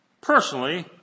Personally